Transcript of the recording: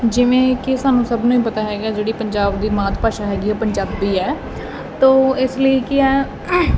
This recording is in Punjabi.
ਜਿਵੇਂ ਕਿ ਸਾਨੂੰ ਸਭ ਨੂੰ ਪਤਾ ਹੈਗਾ ਜਿਹੜੀ ਪੰਜਾਬ ਦੀ ਮਾਤ ਭਾਸ਼ਾ ਹੈਗੀ ਪੰਜਾਬੀ ਹੈ ਤਾਂ ਉਹ ਇਸ ਲਈ ਕੀ ਹੈ